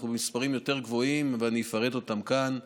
אנחנו במספרים יותר גבוהים, ואני אפרט אותם כאן.